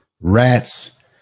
rats